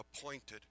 appointed